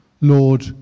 Lord